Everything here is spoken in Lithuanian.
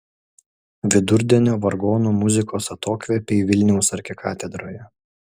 vidurdienio vargonų muzikos atokvėpiai vilniaus arkikatedroje